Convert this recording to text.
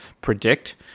predict